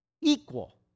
Equal